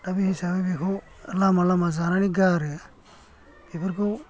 दा बिनि सायावनो बेखौ लामा लामा जानानै गारो बेफोरखौ